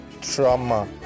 trauma